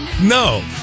No